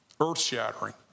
earth-shattering